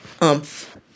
umph